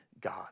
God